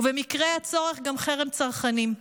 ובמקרה הצורך גם חרם צרכנים.